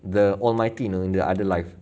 the almighty you know in the other life